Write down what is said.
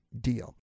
deal